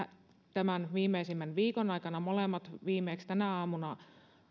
tämän viimeisimmän viikon aikana molemmat viimeksi tänä aamuna